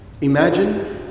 Imagine